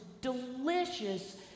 delicious